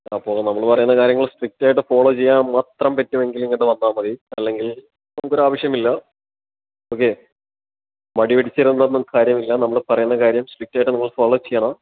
അപ്പോ നമ്മൾ പറയുന്ന കാര്യങ്ങൾ സ്ട്രിക്റ്റായിട്ട് ഫോളോ ചെയ്യാൻ മാത്രം പറ്റുവെങ്കിൽ ഇങ്ങോട്ട് വന്നാൽ മതി അല്ലെങ്കിൽ നമുക്ക് ഒരാവശ്യവുമില്ല ഓക്കെ മടി പിടിച്ച് ഇരുന്നിട്ടൊന്നും കാര്യമില്ല നമ്മൾ പറയുന്ന കാര്യം സ്ട്രിക്റ്റായിട്ട് നിങ്ങൾ ഫോളോ ചെയ്യണം